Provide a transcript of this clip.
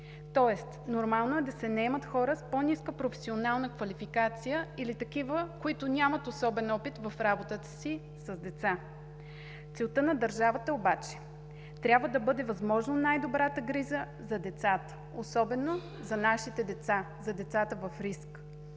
Тоест, нормално е да се наемат хора с по-ниска професионална квалификация или такива, които нямат особен опит в работата си с деца. Целта на държавата обаче трябва да бъде възможно най-добрата грижа за децата, особено за нашите деца, за децата в риск.